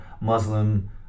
Muslim